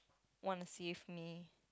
want to save me